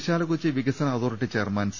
വിശാലകൊച്ചി വികസന authority chairman C